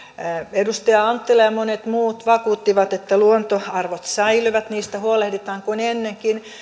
edustaja anttila ja monet muut vakuuttivat että luontoarvot säilyvät niistä huolehditaan kuin ennenkin